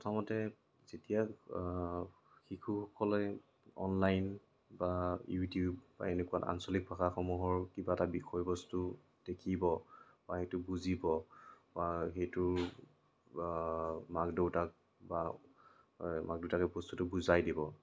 প্ৰথমতে যেতিয়া শিশুসকলে অনলাইন বা ইউটিউব বা এনেকুৱা আঞ্চলিক ভাষাসমূহৰ কিবা এটা বিষয়বস্তু দেখিব বা সেইটো বুজিব বা সেইটোৰ বা মাক দেউতাক বা মাক দেউতাকে বস্তুটো বুজাই দিব